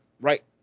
right